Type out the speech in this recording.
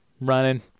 running